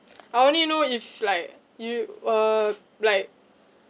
I only know if like you uh like